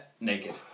naked